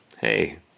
Hey